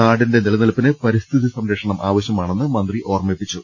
നാടിന്റെ നിലനിൽപ്പിന് പരിസ്ഥിതി സംരക്ഷണം ആവശ്യമാണെന്ന് മന്ത്രി ഓർമ്മിപ്പിച്ചു